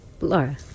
Laura